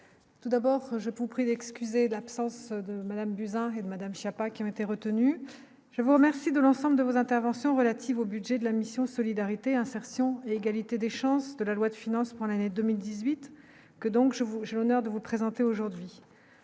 tout d'abord, je vous prie d'excuser l'absence de Madame Buzyn Madame Schiappa qui ont été retenus, je vous remercie de l'ensemble de vos interventions relatives au budget de la mission Solidarité, insertion et égalité des chances de la loi de finances pour l'année 2018 que donc je vous j'ai honneur de vous présenter aujourd'hui